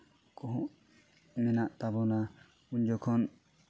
ᱠᱚᱦᱚᱸ ᱢᱮᱱᱟᱜ ᱛᱟᱵᱚᱱᱟ ᱩᱱ ᱡᱚᱠᱷᱚᱱ